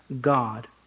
God